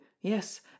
yes